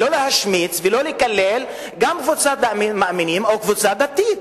להשמיץ ולקלל גם קבוצת מאמינים או קבוצה דתית.